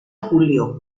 julio